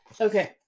okay